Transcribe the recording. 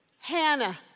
Hannah